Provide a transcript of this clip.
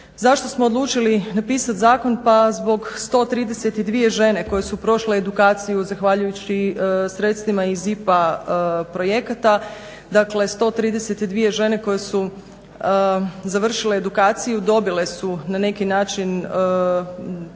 Zašto smo odlučili napisat zakon, pa zbog 132 žene koje su prošle edukaciju zahvaljujući sredstvima iz IPA projekata, dakle 132 žene koje su završile edukaciju, dobile su na neki način